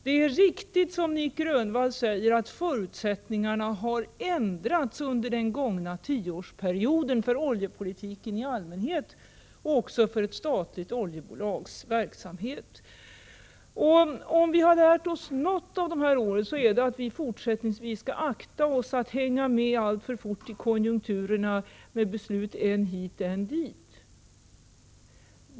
Det är riktigt som Nic Grönvall säger, nämligen att förutsättningarna har ändrats under den gångna tioårsperioden för oljepolitiken i allmänhet och också för ett statligt oljebolags verksamhet. Om det är något vi har lärt oss av dessa år, så är det att vi fortsättningsvis skall akta oss för att alltför snabbt låta oss påverkas av konjunkturerna till att fatta beslut än hit och än dit.